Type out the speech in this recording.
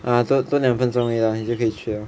ah 多多两分钟而已 lah 你就可以去 liao